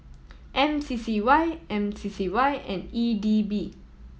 M C C Y M C C Y and E D B